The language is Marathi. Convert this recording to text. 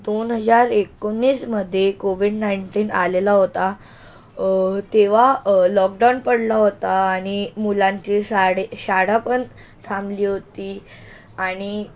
दोन हजार एकोणीसमधे कोविड नाईंटीन आलेला होता तेव्हा लॉकडॉन पडला होता आणि मुलांची शाळे शाळा पण थांबली होती आणि